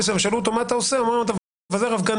הוא היה אומר שזה חוקי